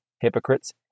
hypocrites